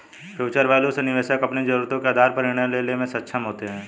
future value से निवेशक अपनी जरूरतों के आधार पर निर्णय लेने में सक्षम होते हैं